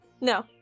No